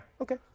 Okay